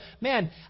man